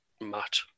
Matt